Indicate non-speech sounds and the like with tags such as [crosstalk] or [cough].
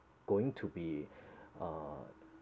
going to be [breath] uh